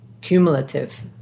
cumulative